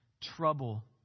trouble